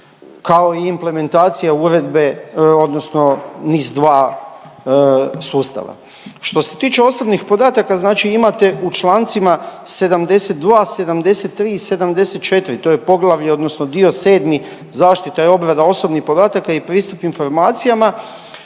kao i implementacija uredbe odnosno NIS2 sustava. Što se tiče osobnih podataka znači imate u čl. 72., 73. i 74., to je poglavlje odnosno dio sedmi zaštita i obrada osobnih podataka i pristup informacijama